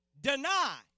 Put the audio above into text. Deny